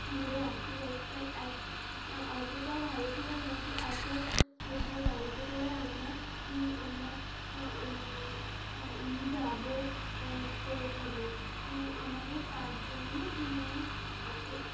আমাদের আর্থিক অবস্থায় অতটাও ভালো ছিলো না যে এত স্পেশাল গাড়িতে করে আমরা আমরা যাবো পৌঁছাবো আমাদের তার জন্য এ